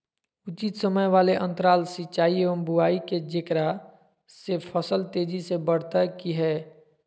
उचित समय वाले अंतराल सिंचाई एवं बुआई के जेकरा से फसल तेजी से बढ़तै कि हेय?